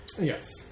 Yes